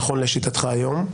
נכון לשיטתך היום,